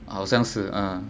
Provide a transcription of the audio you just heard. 好像是 uh